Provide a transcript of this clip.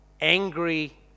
angry